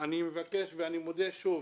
אני מבקש, ואני שוב